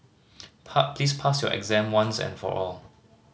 please pass your exam once and for all